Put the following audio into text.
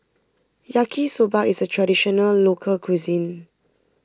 Yaki Soba is a Traditional Local Cuisine